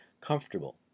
comfortable